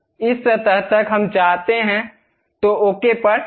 इस सतह तक हम चाहते हैं तो ओके पर क्लिक करें